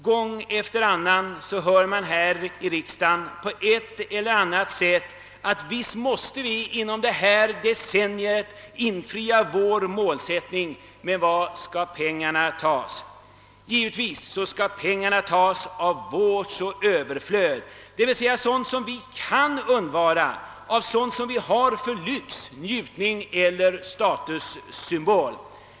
Gång efter annan hör man här i riksdagen uttalanden som: »Visst måste vi under detta decennium uppnå vår målsättning, men var skall pengarna tas?» Givetvis skall pengarna tas av vårt överflöd, d.v.s. av sådant som vi kan undvara, av sådant som är lyx, som vi har för njutning eller som statussyriboler.